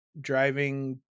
driving